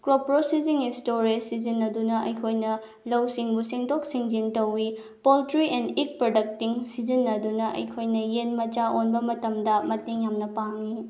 crop processing storage ꯁꯤꯖꯤꯟꯅꯗꯨꯅ ꯑꯩꯈꯣꯏꯅ ꯂꯧꯁꯤꯡꯕꯨ ꯁꯦꯡꯗꯣꯛ ꯁꯦꯡꯖꯤꯟ ꯇꯧꯏ ꯄꯣꯜꯇ꯭ꯔꯤ ꯑꯦꯟ ꯏꯛ ꯄ꯭ꯔꯗꯛꯇꯤꯡ ꯁꯤꯖꯤꯟꯅꯗꯨꯅ ꯑꯩꯈꯣꯏꯅ ꯌꯦꯟ ꯃꯆꯥ ꯑꯣꯟꯕ ꯃꯇꯝꯗ ꯃꯇꯦꯡ ꯌꯥꯝꯅ ꯄꯥꯡꯉꯤ